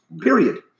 period